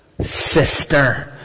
sister